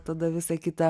tada visa kita